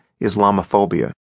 Islamophobia